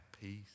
peace